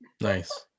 Nice